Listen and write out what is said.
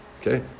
Okay